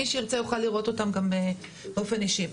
מי שירצה יוכל לראות אותם גם באופן אישי.